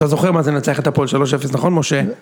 אתה זוכר מה זה לנצח את הפועל 3-0 נכון משה?